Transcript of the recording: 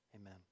Amen